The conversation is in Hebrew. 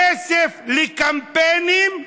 כסף לקמפיינים,